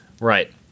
Right